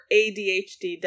adhd